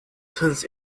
turns